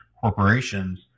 corporations